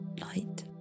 light